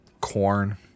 corn